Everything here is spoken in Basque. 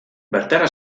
bertara